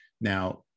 Now